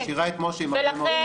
היא משאירה את משה עם הרבה מאוד חובות.